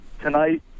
tonight